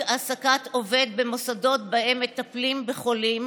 העסקת עובד במוסדות שבהם מטפלים בחולים,